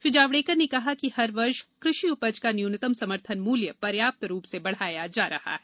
श्री जावडेकर ने कहा कि हर वर्ष कृषि उपज का न्यूनतम समर्थन मूल्य पर्याप्त रूप से बढाया जा रहा है